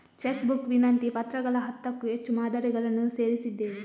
check book ವಿನಂತಿ ಪತ್ರಗಳ ಹತ್ತಕ್ಕೂ ಹೆಚ್ಚು ಮಾದರಿಗಳನ್ನು ಸೇರಿಸಿದ್ದೇವೆ